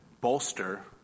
bolster